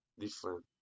different